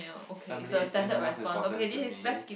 family is in most important to me